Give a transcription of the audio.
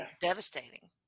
devastating